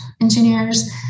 engineers